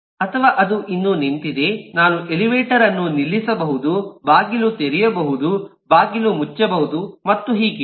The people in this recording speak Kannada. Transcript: ಅಥವಾ ಅದು ಇನ್ನೂ ನಿಂತಿದೆ ನಾನು ಎಲಿವೇಟರ್ ಅನ್ನು ನಿಲ್ಲಿಸಬಹುದು ಬಾಗಿಲು ತೆರೆಯಬಹುದು ಬಾಗಿಲು ಮುಚ್ಚಬಹುದು ಮತ್ತು ಹೀಗೆ